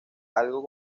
algo